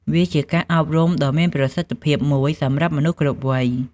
វាជាការអប់រំដ៏មានប្រសិទ្ធភាពមួយសម្រាប់មនុស្សគ្រប់វ័យ។